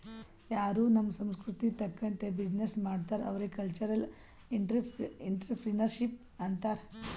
ಯಾರೂ ನಮ್ ಸಂಸ್ಕೃತಿ ತಕಂತ್ತೆ ಬಿಸಿನ್ನೆಸ್ ಮಾಡ್ತಾರ್ ಅವ್ರಿಗ ಕಲ್ಚರಲ್ ಇಂಟ್ರಪ್ರಿನರ್ಶಿಪ್ ಅಂತಾರ್